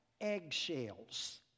eggshells